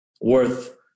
worth